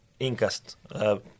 Incast